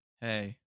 Hey